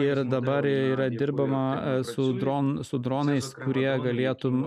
ir dabar yra dirbama su dron su dronais kurie galėtum